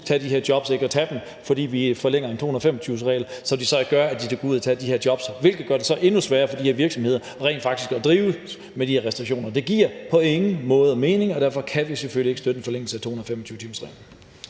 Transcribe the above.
tage de job, ikke behøver at tage dem, fordi vi forlænger suspenderingen af 225-timersreglen, som så ikke gør, at de går ud og tager de her job, hvilket jo så gør det endnu sværere for de her virksomheder rent faktisk at drive virksomheden med de restriktioner. Det giver på ingen måde mening, og derfor kan vi selvfølgelig ikke støtte en forlængelse af suspenderingen